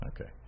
Okay